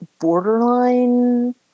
borderline